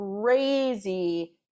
crazy